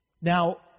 Now